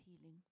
healing